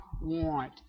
want